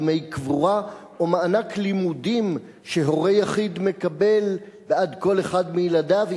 דמי קבורה או מענק לימודים שהורה יחיד מקבל בעד כל אחד מילדיו,